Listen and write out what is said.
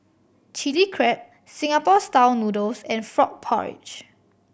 Chilli Crab Singapore Style Noodles and frog porridge